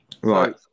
Right